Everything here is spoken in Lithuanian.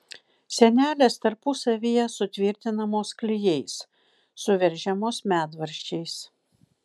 sienelės tarpusavyje sutvirtinamos klijais suveržiamos medvaržčiais